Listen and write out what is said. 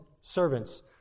servants